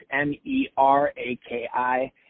M-E-R-A-K-I